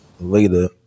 later